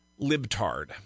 libtard